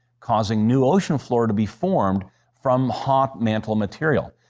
causing new ocean floor to be formed from hot mantle material.